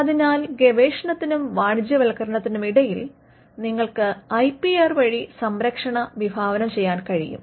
അതിനാൽ ഗവേഷണത്തിനും വാണിജ്യവൽക്കരണത്തിനുമിടയിൽ നിങ്ങൾക്ക് ഐപിആർ വഴി സംരക്ഷണം വിഭാവന ചെയ്യാൻ കഴിയും